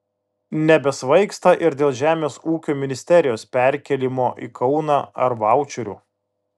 nebesvaigsta ir dėl žemės ūkio ministerijos perkėlimo į kauną ar vaučerių